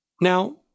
Now